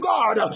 God